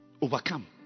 Overcome